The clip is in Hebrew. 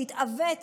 שהתעוות